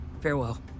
Farewell